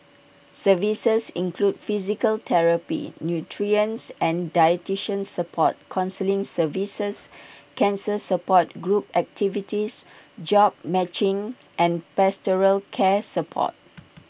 services include physical therapy nutrition and dietitian support counselling services cancer support group activities jobs matching and pastoral care support